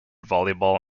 volleyball